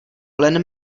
plen